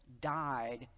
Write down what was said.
died